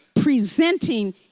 presenting